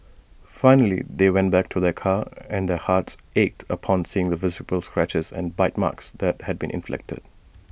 finally they went back to their car and their hearts ached upon seeing the visible scratches and bite marks that had been inflicted